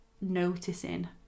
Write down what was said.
noticing